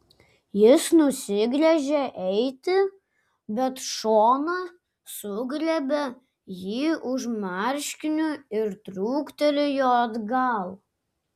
jis nusigręžė eiti bet šona sugriebė jį už marškinių ir trūktelėjo atgal